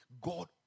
God